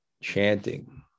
chanting